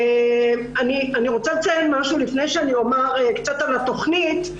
אני רוצה לציין משהו לפני שאומר קצת על התוכנית.